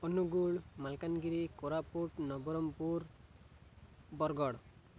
Angul Malkangiri Koraput Nabarangpur Bargarh